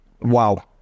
Wow